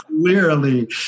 clearly